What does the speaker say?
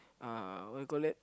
uh what you call that